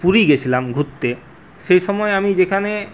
পুরী গেছিলাম ঘুরতে সেই সময় আমি যেখানে